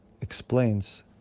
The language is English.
explains